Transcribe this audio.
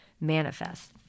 manifest